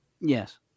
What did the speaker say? Yes